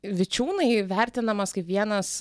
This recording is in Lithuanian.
vičiūnai vertinamas kaip vienas